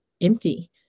empty